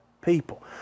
people